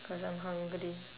cause I'm hungry